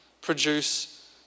produce